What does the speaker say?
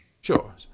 Sure